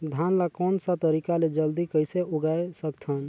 धान ला कोन सा तरीका ले जल्दी कइसे उगाय सकथन?